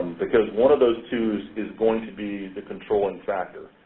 because one of those two is going to be the controlling factor.